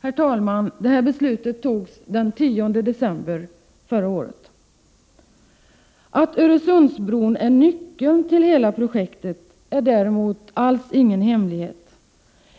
Detta beslut fattades den 10 december förra året. Att Öresundsbron är nyckeln i hela projektet är däremot ingen hemlighet,